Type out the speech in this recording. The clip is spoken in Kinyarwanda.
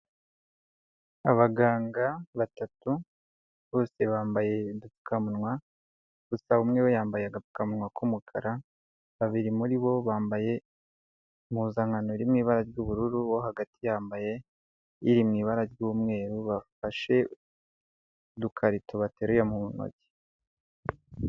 Abaganga batatu bose bambaye udupfukamunwa gusa umwe we yambaye agapfukanwa k'umukara, babiri muri bo bambaye impuzankano iri mu ibara ry'ubururu, uwo hagati yambaye iri mu ibara ry'umweru, bafashe udukarito bateruye mu ntoki.